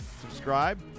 Subscribe